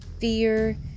fear